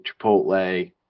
Chipotle